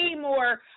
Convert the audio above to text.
more